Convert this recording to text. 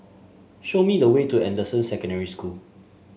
show me the way to Anderson Secondary School